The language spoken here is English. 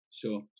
sure